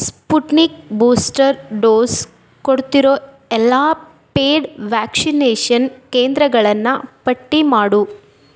Sputnik booster dose ಕೊಡ್ತಿರೋ ಎಲ್ಲ paid vaccination ಕೇಂದ್ರಗಳನ್ನ ಪಟ್ಟಿ ಮಾಡು